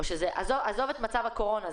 עזוב את מצב הקורונה,